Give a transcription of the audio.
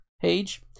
page